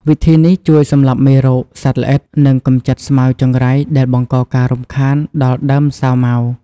វិធីនេះជួយសម្លាប់មេរោគ សត្វល្អិត និងកម្ចាត់ស្មៅចង្រៃដែលបង្កការរំខានដល់ដើមសាវម៉ាវ។